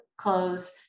close